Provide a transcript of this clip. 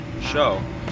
show